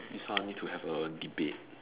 this one need to have a debate